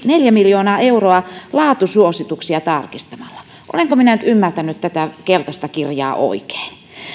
neljä miljoonaa euroa laatusuosituksia tarkistamalla olenko minä nyt ymmärtänyt tätä keltaista kirjaa oikein